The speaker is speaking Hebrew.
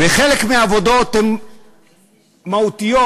וחלק מהעבודות הן מהותיות,